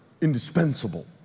indispensable